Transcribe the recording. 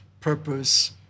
purpose